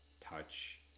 touch